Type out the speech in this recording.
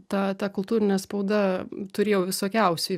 ta ta kultūrinė spauda turėjau visokiausių